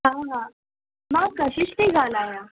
हा हा मां कशिश थी ॻाल्हायां